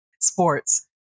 sports